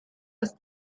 ist